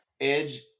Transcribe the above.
edge